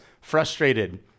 frustrated